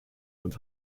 und